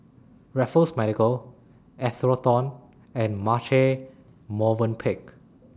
Raffles Medical Atherton and Marche Movenpick